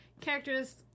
character's